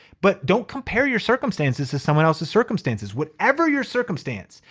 but don't compare your circumstances to someone else's circumstances. whatever your circumstance,